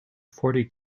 forty